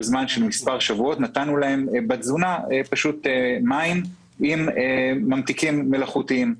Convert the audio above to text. זמן של מספר שבועות נתנו להם בתזונה מים עם ממתיקים מלאכותיים.